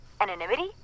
Anonymity